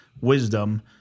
wisdom